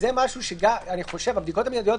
הבדיקות המיידיות,